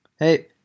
Hey